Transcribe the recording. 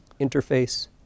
Interface